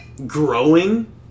Growing